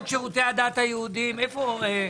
התקציב אושר.